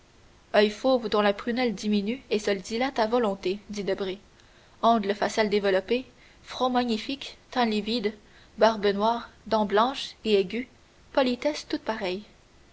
oeil fauve dont la prunelle diminue et se dilate à volonté dit debray angle facial développé front magnifique teint livide barbe noire dents blanches et aiguës politesse toute pareille